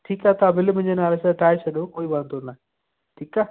ठीकु आहे तव्हां बिल मुंहिंजे नाले सां ठाहे छॾियो कोई वांदो न आहे ठीकु आहे